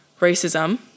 racism